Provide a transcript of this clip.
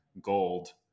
gold